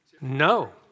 No